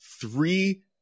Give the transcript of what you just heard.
three